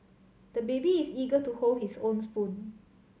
the baby is eager to hold his own spoon